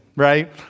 Right